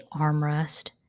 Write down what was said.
armrest